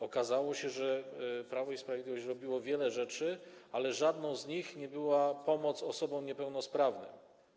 Okazało się, że Prawo i Sprawiedliwość robiło wiele rzeczy, ale żadną z nich nie była pomoc osobom niepełnosprawnym.